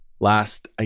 Last